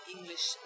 English